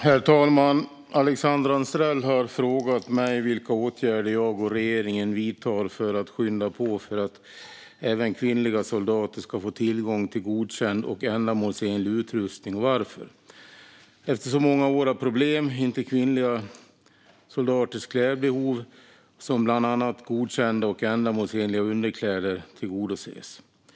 Herr talman! har frågat mig vilka åtgärder jag och regeringen vidtar för att skynda på för att även kvinnliga soldater ska få tillgång till godkänd och ändamålsenlig utrustning och varför kvinnliga soldaters klädbehov, som bland annat godkända och ändamålsenliga underkläder, inte tillgodoses efter så många år av problem.